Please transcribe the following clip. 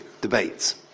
debates